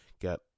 get